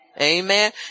Amen